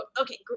Okay